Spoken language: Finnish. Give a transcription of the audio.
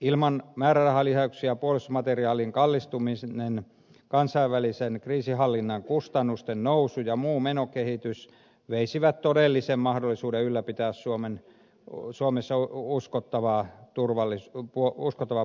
ilman määrärahalisäyksiä puolustusmateriaalin kallistuminen kansainvälisen kriisinhallinnan kustannusten nousu ja muu menokehitys veisivät todellisen mahdollisuuden ylläpitää suomessa uskottavaa puolustusta